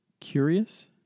curious